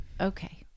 Okay